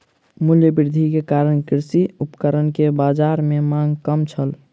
मूल्य वृद्धि के कारण कृषि उपकरण के बाजार में मांग कम छल